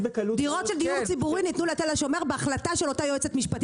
דירות של דיור ציבורי ניתנו לתל השומר בהחלטה של אותה יועצת משפטית.